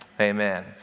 Amen